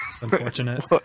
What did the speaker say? Unfortunate